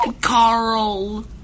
Carl